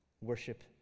worship